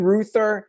Ruther